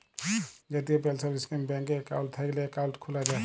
জাতীয় পেলসল ইস্কিমে ব্যাংকে একাউল্ট থ্যাইকলে একাউল্ট খ্যুলা যায়